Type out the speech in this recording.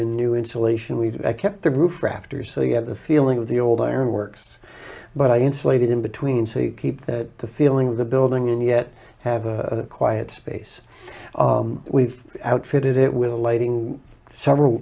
in new insulation we've kept the roof rafters so you have the feeling of the old iron works but i insulated in between so you keep the feeling of the building and yet have a quiet space we've outfitted it with the lighting several